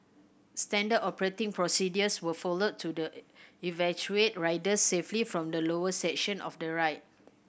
standard operating procedures were followed to the evacuate riders safely from the lower section of the ride